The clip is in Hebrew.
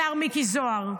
השר מיקי זוהר,